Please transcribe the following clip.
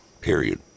Period